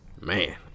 man